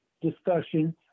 discussion